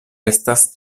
estas